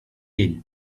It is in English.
din